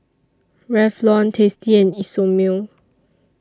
Revlon tasty and Isomil